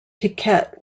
piquet